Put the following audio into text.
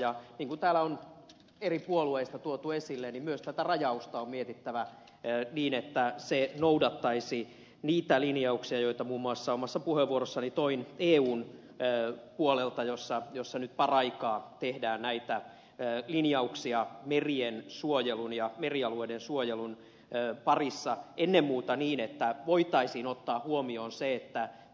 ja niin kuin täällä on eri puolueista tuotu esille myös tätä rajausta on mietittävä niin että se noudattaisi niitä linjauksia joita muun muassa omassa puheenvuorossani toin eun puolelta jossa nyt paraikaa tehdään näitä linjauksia merien suojelun ja merialueiden suojelun parissa ennen muuta niin että voitaisiin ottaa huomioon se